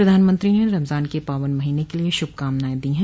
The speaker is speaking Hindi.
प्रधानमंत्री ने रमजान के पावन महीने के लिए श्भकामनाएं दी हैं